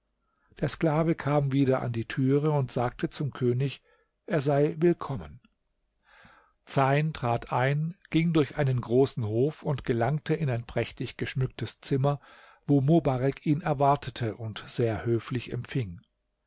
der sklave kam wieder an die türe und sagte zum könig er sei willkommen zeyn trat ein ging durch einen großen hof und gelangte in ein prächtig geschmücktes zimmer wo mobarek ihn erwartete und sehr höflich empfing